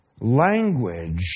Language